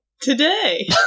Today